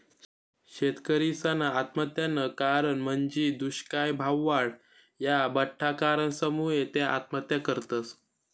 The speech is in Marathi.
शेतकरीसना आत्महत्यानं कारण म्हंजी दुष्काय, भाववाढ, या बठ्ठा कारणसमुये त्या आत्महत्या करतस